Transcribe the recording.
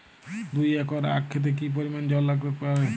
দুই একর আক ক্ষেতে কি পরিমান জল লাগতে পারে?